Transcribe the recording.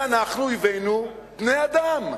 שאנחנו הבאנו בני-אדם.